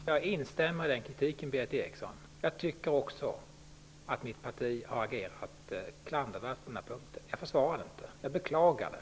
Herr talman! Jag instämmer i den kritiken, Berith Eriksson. Också jag tycker att mitt parti har agerat klandervärt på den här punkten. Jag försvarar det inte, utan jag beklagar det.